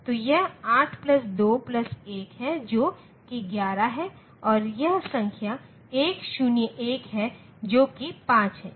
तो यह 8 plus 2 plus 1 है जो कि 11 है और यह संख्या 1 0 1 है जो कि 5 है